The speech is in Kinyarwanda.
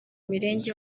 mirenge